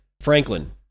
Franklin